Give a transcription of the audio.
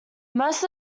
most